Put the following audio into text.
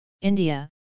India